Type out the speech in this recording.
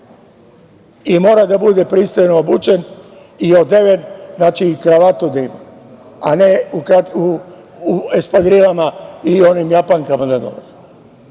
i mora da bude pristojno obučen i odeven, znači, i kravatu da ima, a ne u espadrilama i onim japankama da dolaze,